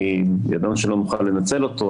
כי ידענו שלא נוכל לנצל אותו,